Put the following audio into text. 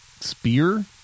spear